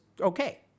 okay